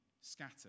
scattered